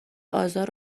آزار